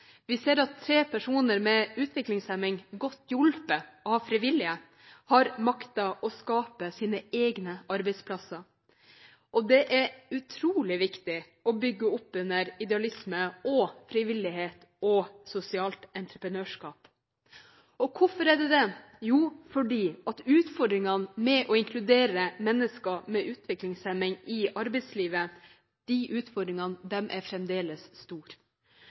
Vi ser at tre personer med utviklingshemning, godt hjulpet av frivillige, har maktet å skape sine egne arbeidsplasser, og det er utrolig viktig å bygge opp under idealisme og frivillighet og sosialt entreprenørskap. Hvorfor er det det? Jo, fordi utfordringene med å inkludere mennesker med utviklingshemning i arbeidslivet er fremdeles store. Behovet for tiltaksplasser er